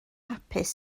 hapus